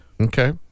Okay